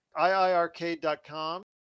iirk.com